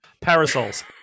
Parasols